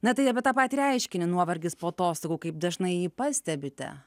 na tai apie tą patį reiškinį nuovargis po atostogų kaip dažnai jį pastebite